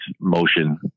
motion